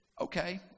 Okay